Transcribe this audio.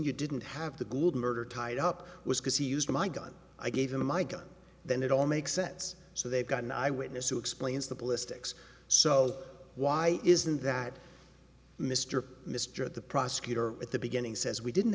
you didn't have the globe murder tied up was because he used my gun i gave him my gun then it all makes sense so they've got an eyewitness who explains the ballistics so why isn't that mr mr the prosecutor at the beginning says we didn't